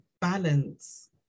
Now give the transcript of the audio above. balance